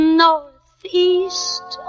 northeast